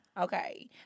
Okay